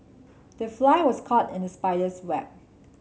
the fly was caught in the spider's web